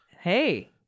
hey